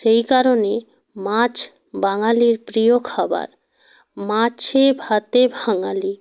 সেই কারণে মাছ বাঙালির প্রিয় খাবার মাছে ভাতে বাঙালি